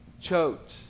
choked